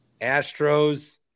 Astros